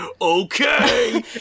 okay